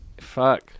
fuck